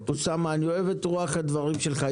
יפה, אוסאמה, אני אוהב את רוח הדברים שלך.